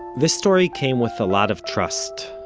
this story came with a lot of trust,